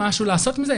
משהו לעשות עם זה?